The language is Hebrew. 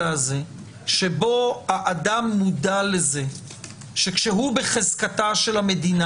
הזה שבו האדם מודע לזה שכאשר הוא בחזקתה של המדינה,